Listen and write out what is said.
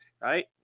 Right